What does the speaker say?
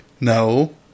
No